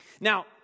Now